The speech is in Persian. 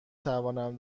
توانم